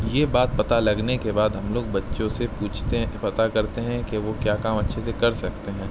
یہ بات پتا لگنے کے بعد ہم لوگ بچوں سے پوچھتے پتا کرتے ہیں کہ وہ کیا کام اچھے سے کر سکتے ہیں